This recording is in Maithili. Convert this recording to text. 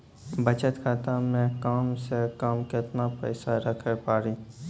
बचत खाता मे कम से कम केतना पैसा रखे पड़ी?